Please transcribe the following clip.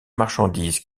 marchandises